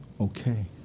Okay